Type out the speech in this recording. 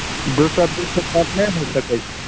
दू सए बीस सऽ कम नहि होइ सकै छै